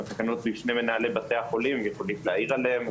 מנהלי בתי החולים יכולים להעיר עליהן.